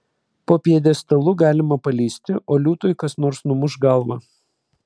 po pjedestalu galima palįsti o liūtui kas nors numuš galvą